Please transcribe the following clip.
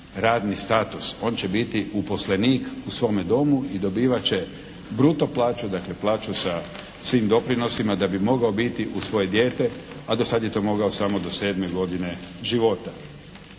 radni status, on će biti uposlenik u svome domu i dobivat će bruto plaću, dakle plaću sa svim doprinosima da bi mogao biti uz svoje dijete, a do sad je to mogao samo do 7. godine života.